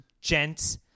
gents